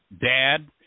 Dad